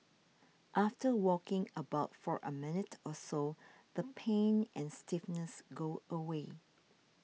after walking about for a minute or so the pain and stiffness go away